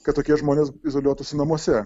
kad tokie žmonės izoliuotųsi namuose